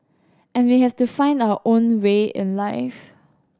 and we have to find our own way in life